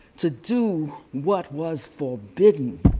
to do what was forbidden.